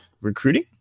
recruiting